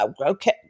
okay